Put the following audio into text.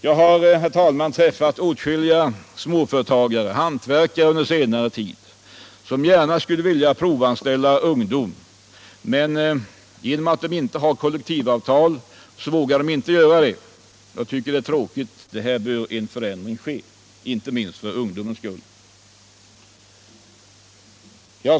Jag har, herr talman, under senare tid träffat åtskilliga småföretagare, t.ex. hantverkare, som gärna skulle vilja provanställa ungdom, men eftersom de inte har kollektivavtal vågar de inte göra det. Detta förhållande tycker jag är beklagligt. Här bör en förändring ske, inte minst för ungdomens skull.